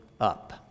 up